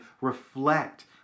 reflect